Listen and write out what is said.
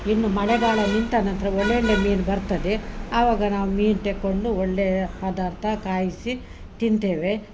ಇನ್ನು ಮಳೆಗಾಲ ನಿಂತ ನಂತರ ಒಳ್ಳೊಳ್ಳೆಯ ಮೀನು ಬರ್ತದೆ ಆವಾಗ ನಾವು ಮೀನು ತೆಕೊಂಡು ಒಳ್ಳೆಯ ಪದಾರ್ಥ ಕಾಯಿಸಿ ತಿಂತೇವೆ